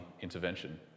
intervention